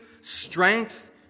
strength